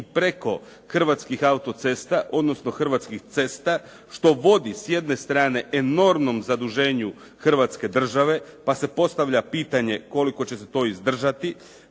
i preko Hrvatskih autocesta, odnosno Hrvatskih cesta, što vodi s jedne strane enormnom zaduženju Hrvatske države, pa se postavlja pitanje koliko će se to izdržati,